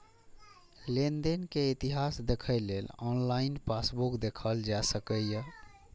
लेनदेन के इतिहास देखै लेल ऑनलाइन पासबुक देखल जा सकैए